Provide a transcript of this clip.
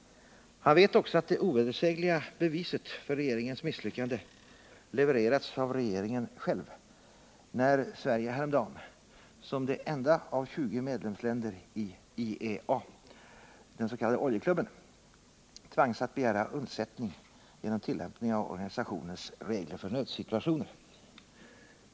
Han vet också att det ovedersägliga beviset för regeringens misslyckande levererats av regeringen själv, när Sverige häromdagen som det enda av 20 medlemsländer i IEA tvingades att begära undsättning genom tillämpning av organisationens regler för nödsituationer.